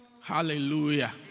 Hallelujah